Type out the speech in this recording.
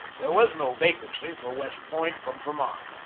there was no vacancy for west point from vermont.